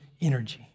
energy